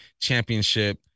championship